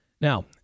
Now